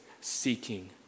seeking